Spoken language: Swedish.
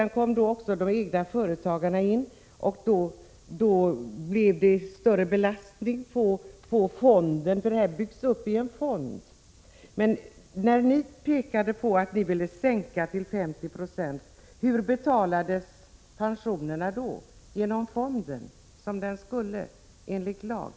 När egenföretagarna kom in blev det större belastning på fonden. Detta byggs nämligen upp i en fond. Ni pekade på att ni ville sänka till 50 26. Hur betalades pensionerna då? Betalades de genom fonden som de skulle enligt lag?